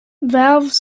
valves